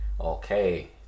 okay